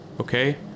okay